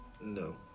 No